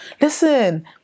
Listen